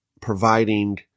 providing